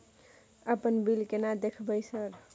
अपन बिल केना देखबय सर?